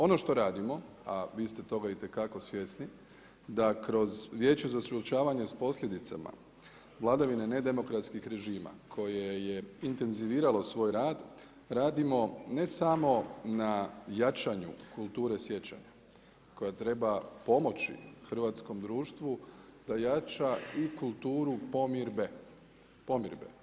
Ono što radimo, a vi ste toga itekako svjesni, da kroz Vijeće za suočavanje s posljedicama vladavine nedemokratskih režima, koje je intenziviralo svoj rad, radimo ne samo na jačanju kulture sjećanju, koja treba pomoći društvu, da jača i kulturu pomirbe.